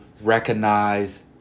recognize